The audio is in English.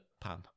pan